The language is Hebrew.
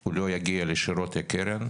הוא לא יגיע ישירות לקרן,